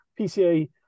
PCA